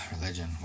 Religion